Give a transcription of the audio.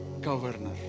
governor